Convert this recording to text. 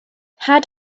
had